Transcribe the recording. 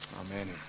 Amen